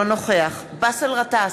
אינו נוכח באסל גטאס,